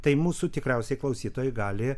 tai mūsų tikriausiai klausytojai gali